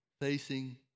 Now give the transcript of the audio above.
facing